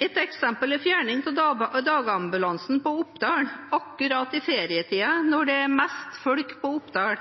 Ett eksempel er fjerning av dagambulansen på Oppdal, akkurat i ferietiden, når det er mest folk på Oppdal.